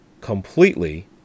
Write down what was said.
completely